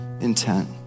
intent